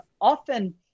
often